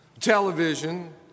television